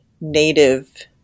native